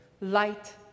Light